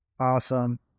Awesome